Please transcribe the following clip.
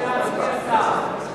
אדוני השר,